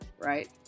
right